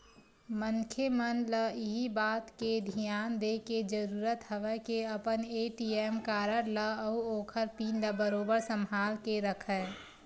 मनखे मन ल इही बात के धियान देय के जरुरत हवय के अपन ए.टी.एम कारड ल अउ ओखर पिन ल बरोबर संभाल के रखय